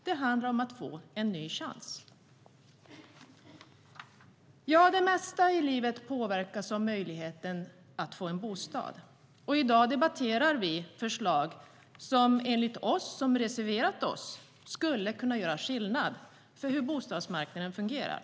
Det handlar om att få en ny chans. Ja, det mesta i livet påverkas av möjligheten att få en bostad. Och i dag debatterar vi förslag som enligt oss som reserverat oss skulle kunna göra skillnad i fråga om hur bostadsmarknaden fungerar.